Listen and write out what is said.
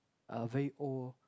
uh very old